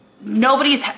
nobody's